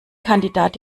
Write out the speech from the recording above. kandidat